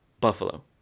Buffalo